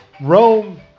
Rome